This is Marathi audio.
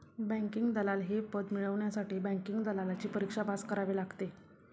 बँकिंग दलाल हे पद मिळवण्यासाठी बँकिंग दलालची परीक्षा पास करावी लागते